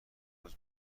روز